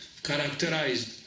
Characterized